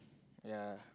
ya